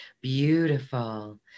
Beautiful